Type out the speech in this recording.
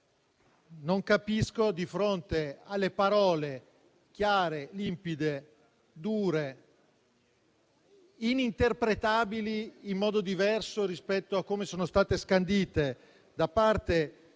non capisco, di fronte alle parole chiare, limpide, dure e non interpretabili in modo diverso rispetto a come sono state scandite da parte della